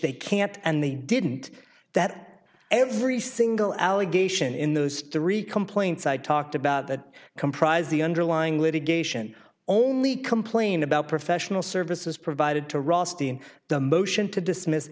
they can't and they didn't that every single allegation in those three complaints i talked about that comprise the underlying litigation only complain about professional services provided to rusty in the motion to dismiss